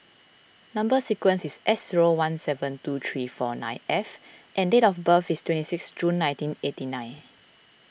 Number Sequence is S zero one seven two three four nine F and date of birth is twenty six June nineteen eighty nine